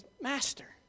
Master